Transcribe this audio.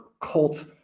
cult